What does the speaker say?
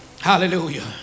Hallelujah